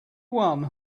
one